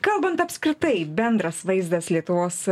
kalbant apskritai bendras vaizdas lietuvos